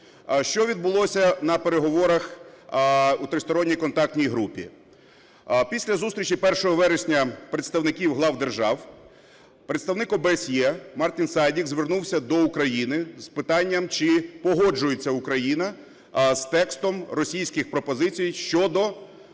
Що відбулося на переговорах у Тристоронній контактній групі. Після зустрічі 1 вересня представників глав держав представник ОБСЄ Мартін Сайдік звернувся до України з питанням, чи погоджується Україна з текстом російських пропозицій щодо